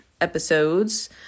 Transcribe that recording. episodes